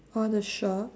all the shop